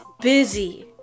busy